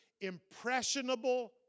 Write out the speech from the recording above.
impressionable